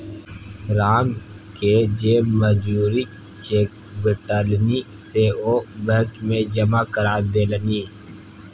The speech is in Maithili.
रामकेँ जे मजूरीक चेक भेटलनि से ओ बैंक मे जमा करा देलनि